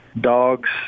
dogs